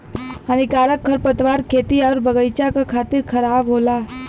हानिकारक खरपतवार खेती आउर बगईचा क खातिर खराब होला